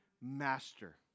master